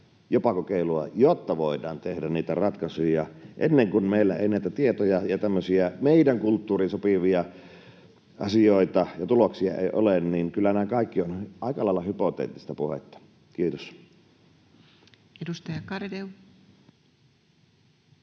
jopa kokeilua, jotta voidaan tehdä niitä ratkaisuja. Ennen kuin meillä näitä tietoja ja tämmöisiä meidän kulttuuriin sopivia asioita ja tuloksia ei ole, kyllä tämä kaikki on aika lailla hypoteettista puhetta. — Kiitos. Edustaja Garedew.